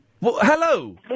hello